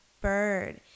bird